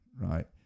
right